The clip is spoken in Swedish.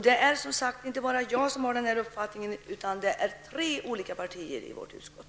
Det är, som sagt, inte bara jag som har den här uppfattningen utan det gäller tre olika partier i vårt utskott.